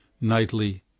nightly